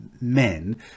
men